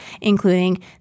including